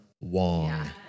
Wong